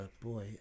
boy